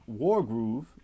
Wargroove